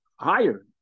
higher